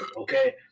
okay